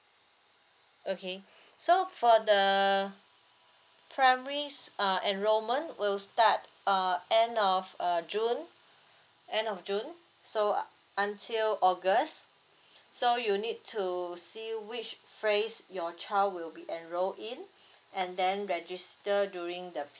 okay so for the primary err enrollment will start err end of err june end of june so until august so you need to see which phrase your child will be enrolled in and then register during the